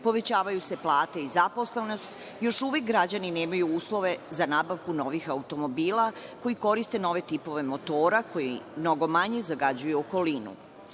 povećavaju se plate i zaposlenost, još uvek građani nemaju uslove za nabavku novih automobila koji koriste ove tipove motora, koji mnogo manje zagađuju